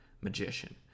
magician